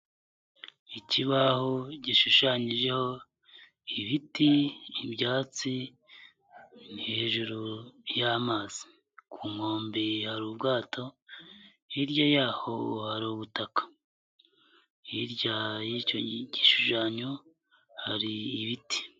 Ikibaho gishushanyijeho ibiti, ibyatsi, hejuru y'amazi, ku nkombe hari ubwato, hirya y'aho hari ubutaka, hirya y'icyo gishushanyo hari ibiti.